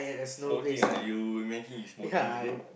smoking ah you imagining you smoking is it